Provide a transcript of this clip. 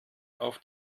auf